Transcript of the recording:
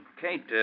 Kate